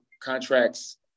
contracts